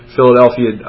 Philadelphia